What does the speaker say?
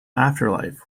afterlife